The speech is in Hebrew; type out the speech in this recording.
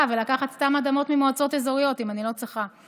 ולקחת סתם אדמות ממועצות אזוריות אם אני לא צריכה.